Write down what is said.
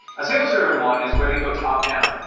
a sales driven one is where you go top down.